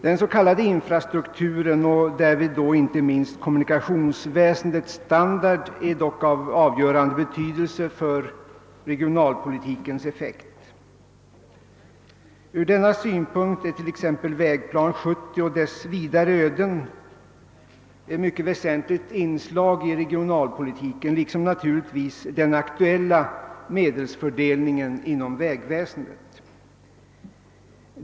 Den s.k. infrastrukturen och därvid inte minst kommunikationsväsendets standard är dock av avgörande betydelse för regionalpolitikens effekt. Från denna synpunkt är t.ex. Vägplan 70 och dess vidare öden ett mycket väsentligt inslag i regionalpolitiken, liksom naturligtvis den aktuella medelsfördelningen inom vägväsendet.